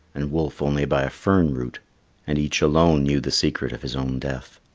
and wolf only by a fern root and each alone knew the secret of his own death.